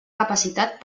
capacitat